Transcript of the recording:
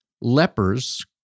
lepers